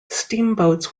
steamboats